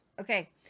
Okay